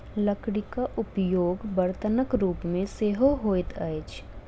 लकड़ीक उपयोग बर्तनक रूप मे सेहो होइत अछि